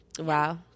wow